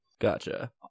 Gotcha